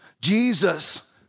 Jesus